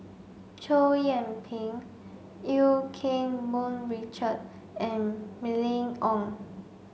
Chow Yian Ping Eu Keng Mun Richard and Mylene Ong